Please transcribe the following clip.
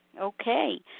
Okay